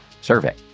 survey